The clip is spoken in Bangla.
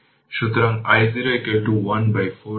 সুতরাং এখানে এটি iL1 0 8 অ্যাম্পিয়ার এবং iL2 0 4 অ্যাম্পিয়ার